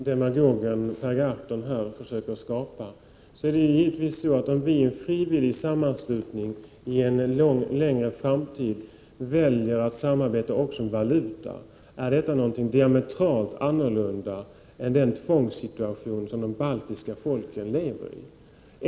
Fru talman! Bara för att undvika de oklarheter som demagogen Per Gahrton försöker skapa vill jag säga följande. Om vii en frivillig sammanslutning i en avlägsen framtid väljer att samarbeta också beträffande valutan, är detta någonting diametralt annat än den tvångssituation som de baltiska folken lever i.